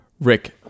Rick